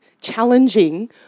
challenging